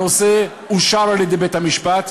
הנושא אושר על-ידי בית-המשפט,